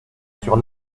sur